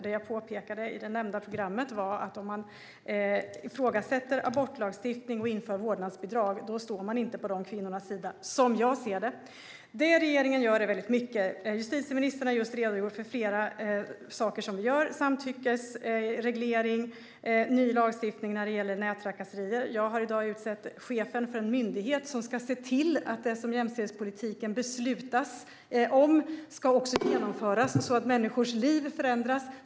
Det jag påpekade i det nämnda programmet var att om man ifrågasätter abortlagstiftning och inför vårdnadsbidrag står man inte på de kvinnornas sida - som jag ser det. Regeringen gör mycket. Justitieministern har just redogjort för flera saker: samtyckesreglering och ny lagstiftning när det gäller nättrakasserier. I dag har jag också utsett chefen för en myndighet som ska se till att det som jämställdhetspolitiken beslutar om också ska genomföras, så att människors liv förändras.